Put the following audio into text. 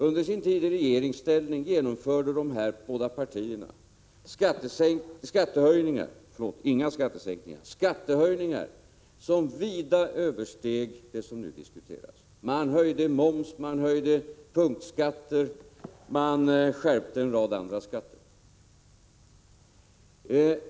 Under sin tid i regeringsställning genomförde de här båda partierna skattehöjningar — inga skattesänkningar — som vida översteg det som nu diskuteras. Man höjde moms, man höjde punktskatter, man skärpte en rad andra skatter.